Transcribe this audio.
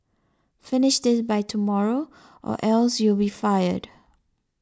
finish this by tomorrow or else you'll be fired